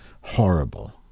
horrible